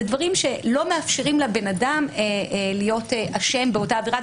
אלה דברים שלא מאפשרים לבן אדם להיות אשם באותה עבירה,